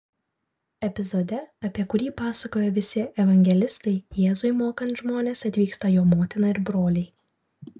epizode apie kurį pasakoja visi evangelistai jėzui mokant žmones atvyksta jo motina ir broliai